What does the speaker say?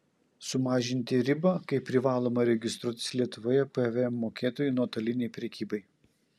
sumažinti ribą kai privaloma registruotis lietuvoje pvm mokėtoju nuotolinei prekybai